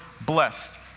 blessed